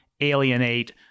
alienate